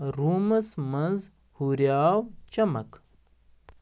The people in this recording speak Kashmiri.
روٗمَس منٛز ہُراو چمک